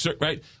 right